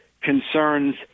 concerns